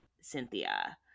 Cynthia